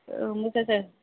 औ मोजांथार